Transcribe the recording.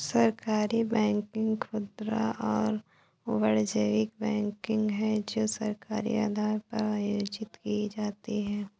सहकारी बैंकिंग खुदरा और वाणिज्यिक बैंकिंग है जो सहकारी आधार पर आयोजित की जाती है